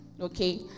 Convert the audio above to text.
Okay